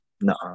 No